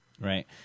Right